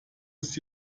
ist